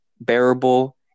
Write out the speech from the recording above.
bearable